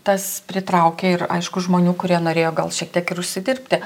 tas pritraukė ir aišku žmonių kurie norėjo gal šiek tiek ir užsidirbti